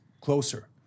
closer